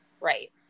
right